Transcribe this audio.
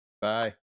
Bye